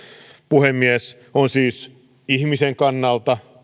puhemies on siis ihmisen kannalta